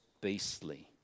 beastly